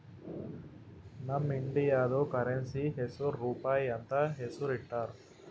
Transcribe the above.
ನಮ್ ಇಂಡಿಯಾದು ಕರೆನ್ಸಿ ಹೆಸುರ್ ರೂಪಾಯಿ ಅಂತ್ ಹೆಸುರ್ ಇಟ್ಟಾರ್